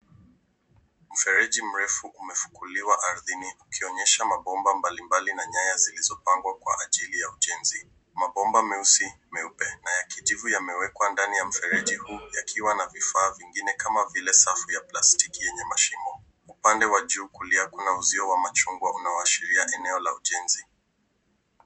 Mfereji mrefu umefukuliwa ardhini ukionyesha mabomba mbalimbali na nyaya zilizopangwa kwa ajili ya ujenzi. Mabomba meusi, meupe na ya kijivu yamewekwa ndani ya mfereji huu, yakiwa na vifaa vingine kama vile safu ya plastiki yenye mashimo. Upande wa juu kulia, kuna uzio wa machungwa unaoashiria eneo la ujenzi.